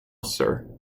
sir